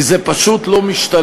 כי זה פשוט לא משתלם,